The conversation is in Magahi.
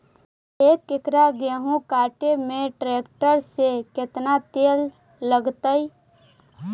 एक एकड़ गेहूं काटे में टरेकटर से केतना तेल लगतइ?